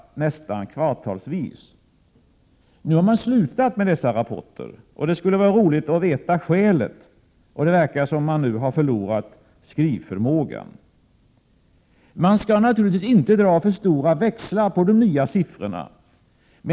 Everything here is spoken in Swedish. Nu har man slutat med dessa rapporter, och det skulle vara roligt att veta skälet. Det verkar som om man nu förlorat skrivförmågan. Vi skall naturligtvis inte dra för stora växlar på de nya siffrorna.